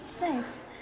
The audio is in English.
Nice